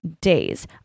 days